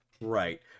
Right